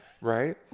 right